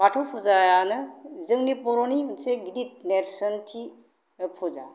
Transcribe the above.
बाथौ फुजायानो जोंनि बर'नि मोनसे गिदिर नेर्सोन्थि फुजा